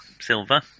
Silver